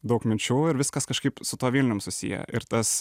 daug minčių ir viskas kažkaip su tuo vilnium susiję ir tas